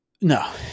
no